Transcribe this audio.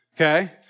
Okay